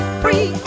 free